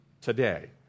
today